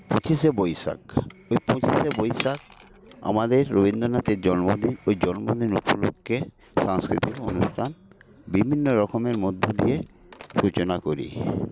পঁচিশে বৈশাখ এই পঁচিশে বৈশাখ আমাদের রবীন্দ্রনাথের জন্মদিন ওই জন্মদিন উপলক্ষ্যে সাংস্কৃতিক অনুষ্ঠান বিভিন্ন রকমের মধ্য দিয়ে সূচনা করি